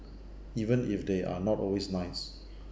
even if they are not always nice